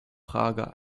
prager